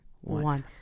one